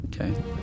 Okay